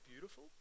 beautiful